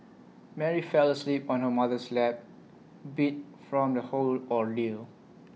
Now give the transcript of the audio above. Mary fell asleep on her mother's lap beat from the whole ordeal